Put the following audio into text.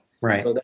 Right